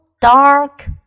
dark